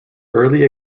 early